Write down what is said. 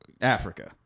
Africa